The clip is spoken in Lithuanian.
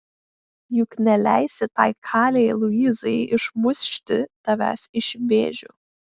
juk neleisi tai kalei luizai išmušti tavęs iš vėžių